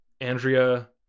Andrea